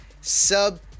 sub